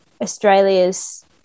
Australia's